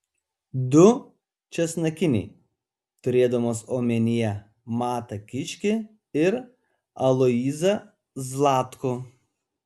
du česnakiniai turėdamas omenyje matą kiškį ir aloyzą zlatkų